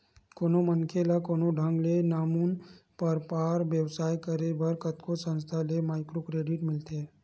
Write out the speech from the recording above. कोनो मनखे ल कोनो ढंग ले नानमुन बइपार बेवसाय करे बर कतको संस्था ले माइक्रो क्रेडिट मिलथे